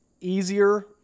easier